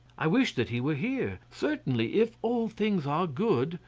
i wish that he were here. certainly, if all things are good,